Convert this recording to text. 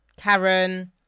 Karen